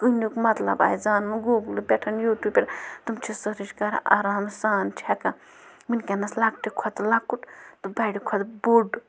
کُنیُک مطلب آسہِ زانُن گوٗگلہٕ پٮ۪ٹھ یوٗٹوب پٮ۪ٹھ تٕم چھِ سٔرٕچ کَران آرام سان چھِ ہٮ۪کان وٕنکٮ۪نَس لَکٹہِ کھۄتہٕ لَکُٹ تہٕ بَڑِ کھۄتہٕ بوٚڑ